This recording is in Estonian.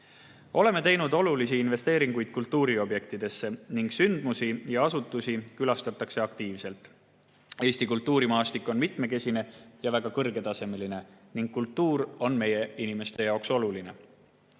Oleme teinud olulisi investeeringuid kultuuriobjektidesse ning sündmusi ja asutusi külastatakse aktiivselt. Eesti kultuurimaastik on mitmekesine ja väga kõrgetasemeline ning kultuur on meie inimeste jaoks oluline.